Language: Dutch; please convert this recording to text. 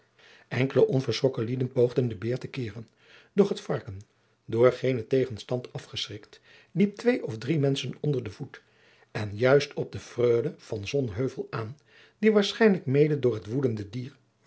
enkele onverschrokken lieden poogden den beer te keeren doch het varken door geenen tegenstand afgeschrikt liep twee of drie menschen onder den voet en juist op de freule van sonheuvel aan die waarschijnlijk mede door het woedende dier